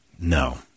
No